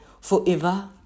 forever